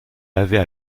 avait